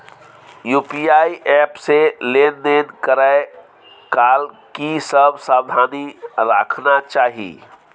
UPI app से लेन देन करै काल की सब सावधानी राखना चाही?